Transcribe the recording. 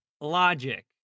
logic